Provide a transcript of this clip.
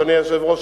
אדוני היושב-ראש,